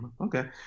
okay